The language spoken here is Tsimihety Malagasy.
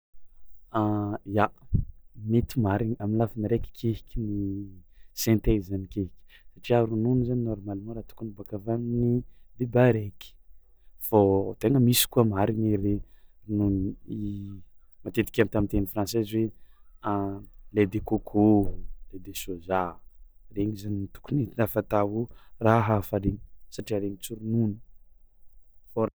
Ya, mety marigny am'lafiny raiky kehiky ny synthèse zany kehiky satria ronono zany normalement raha tokony miboàka avy amin'ny biby araiky fao tegna misy koa marigny ery ronono i matetiky ata am'teny française hoe lait de coco, lait de soja, regny zany tokony entina fatao raha hafa regny satria regny tsy ronono fô.